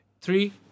Three